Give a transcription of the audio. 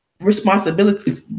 responsibilities